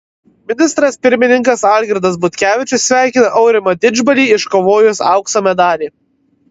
ministras pirmininkas algirdas butkevičius sveikina aurimą didžbalį iškovojus aukso medalį